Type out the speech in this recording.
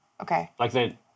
Okay